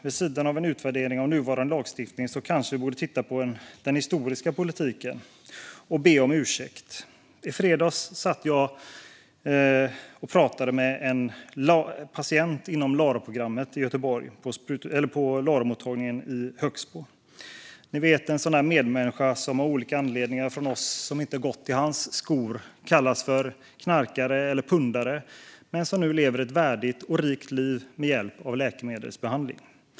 Vid sidan av en utvärdering av nuvarande lagstiftning borde vi kanske titta på den historiska politiken och be om ursäkt. I fredags satt jag på LARO-mottagningen i Högsbo, i Göteborg, och pratade med en patient inom LARO-programmet. Han var en sådan medmänniska som av olika anledningar, av oss som inte gått i hans skor, brukar kallas för knarkare eller pundare men som nu lever ett värdigt och rikt liv med hjälp av läkemedelsbehandling.